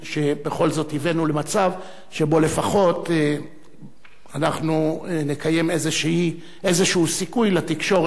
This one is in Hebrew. שבכל זאת הבאנו למצב שבו לפחות אנחנו נקיים איזה סיכוי לתקשורת